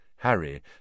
Harry